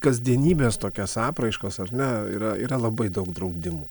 kasdienybės tokias apraiškos ar ne yra yra labai daug draudimų